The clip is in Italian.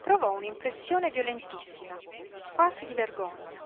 provò un'impressione violentissima quasi di vergogna